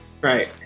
right